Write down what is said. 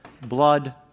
blood